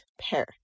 pair